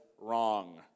wrong